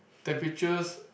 temperatures